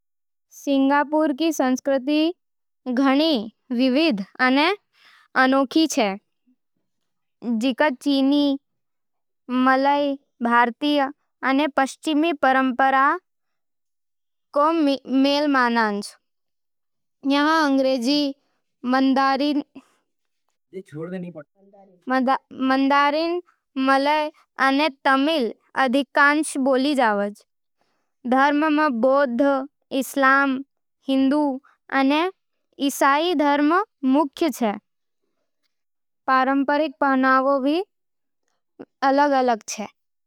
सिंगापुर रो संस्कृति घणी विविध अने अनूठी होवे, जिको चीनी, मलय, भारतीय अने पश्चिमी परंपरावां रो मेल मिले। इहाँ अंग्रेजी, मंदारिन, मलय अने तमिल आधिकारिक भाषा छे। धर्म में बौद्ध, इस्लाम, हिंदू अने ईसाई धर्म मुख्य छे। पारंपरिक पहनावा मुख्य है।